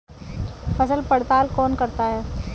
फसल पड़ताल कौन करता है?